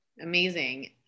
Amazing